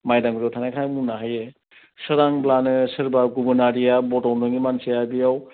माइदांगुरियाव थानायखाय आं बुंनो हायो सोरांब्लानो सोरबा गुबुन हारिया बड' नङि मानसिया बेयाव